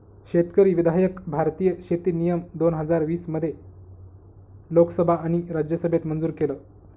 शेतकरी विधायक भारतीय शेती नियम दोन हजार वीस मध्ये लोकसभा आणि राज्यसभेत मंजूर केलं